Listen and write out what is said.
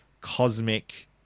cosmic